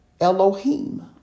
Elohim